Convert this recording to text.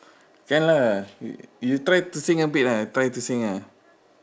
can lah you you try to sing a bit ah try to sing ah